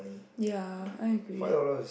ya I agree